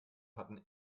hatten